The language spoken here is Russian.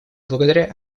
благодаря